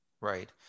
Right